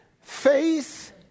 Faith